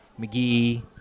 McGee